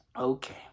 Okay